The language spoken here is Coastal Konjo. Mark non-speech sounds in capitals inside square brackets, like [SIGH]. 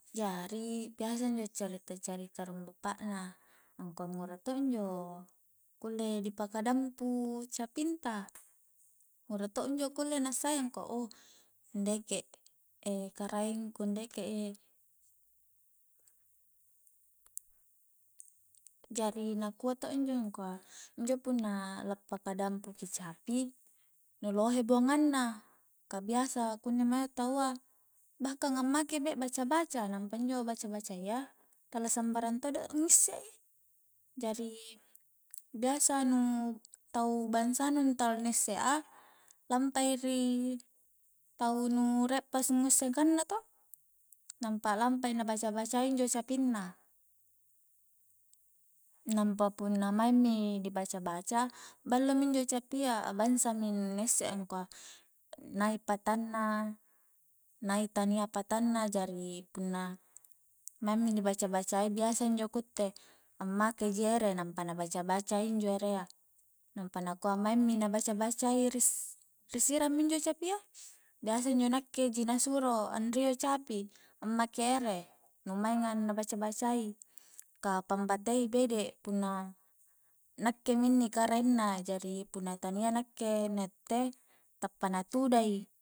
Jari biasa injo carita-carita a rung bapak na angkua ngura to' injo kulle dipaka dampu capinta ngura to' injo kulle na assai angkua ouh ndeke [HESITATION] karaeng ku ndeke [HESITATION] jari nakua to injo angkua injo punna la paka dampu ki capi nu lohe buangang na ka biasa kunni mae taua bahkang ammake be' baca-baca nampa injo baca-bacayya tala sambarang todo a'ngisse i jari biasa nu tau bangsa nu tala na issea lampai ri tau nu rie pangussengang na toh nampa lampa na baca-bacai injo capinna nampa punna maing mi dibaca-baca ballo minjo capia a'bangsa mi nu na isse angkua nai patanna nai tania patanna jari punna maing mi dibaca-bacai biasa injo ku itte ammake ji ere nampa na baca-bacai injo erea nampa nakua maing mi na baca-bacai ris-risirang mi injo capia biasa injo nakke ji na suro anrio capi ammake ere nu mainga na baca-bacai ka pambatei bede' punna nakke mi inni karaeng na jari punna tania nakke na itte tappa na tuda i